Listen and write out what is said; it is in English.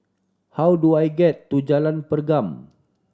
how do I get to Jalan Pergam